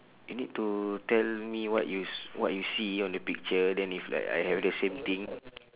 you need to tell me what you s~ what you see on your picture then if like I have the same thing